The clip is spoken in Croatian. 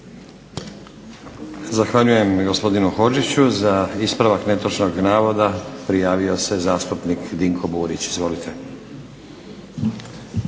Zahvaljujem gospodinu Hodžiću. Za ispravak netočnog navoda prijavio se zastupnik Dinko Burić. Izvolite.